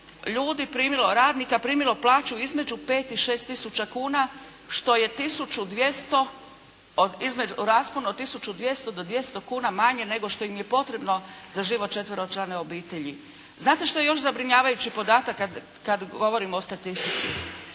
primilo, radnika primilo plaću između 5 i 6 tisuća kuna što je raspon od 1.200,00 do 200,00 kuna manje nego što im je potrebno za život četveročlane obitelji. Znate što je još zabrinjavajući podatak kada govorimo o statistici.